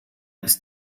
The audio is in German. ist